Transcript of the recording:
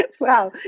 Wow